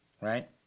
Right